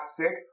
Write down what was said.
sick